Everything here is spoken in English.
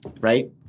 right